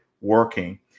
working